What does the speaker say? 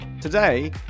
Today